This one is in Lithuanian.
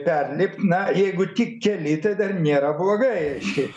perlipt na jeigu tik keli tai dar nėra blogai reiškia